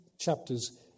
chapters